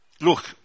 Look